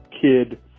Kid